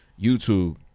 YouTube